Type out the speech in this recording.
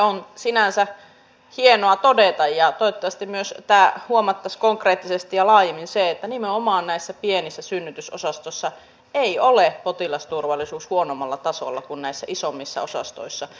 on sinänsä hienoa todeta ja toivottavasti myös huomattaisiin konkreettisesti ja laajemmin se että nimenomaan näissä pienissä synnytysosastoissa ei ole potilasturvallisuus huonommalla tasolla kuin näissä isommissa osastoissa